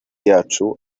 yacu